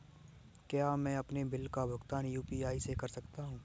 क्या मैं अपने बिल का भुगतान यू.पी.आई से कर सकता हूँ?